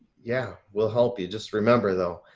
yeah, we'll help you just remember though.